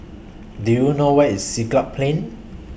Do YOU know Where IS Siglap Plain